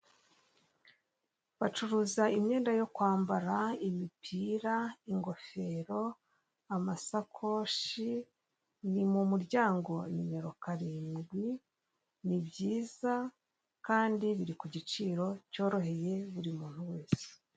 Bacuruza imyenda yo kwambara, imipira, ingofero, amasakoshi, ni mu muryango nimero karindwi ni byiza kandi biri ku giciro cyoroheye buri muntu wese.